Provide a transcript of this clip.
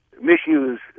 misuse